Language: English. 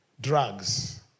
drugs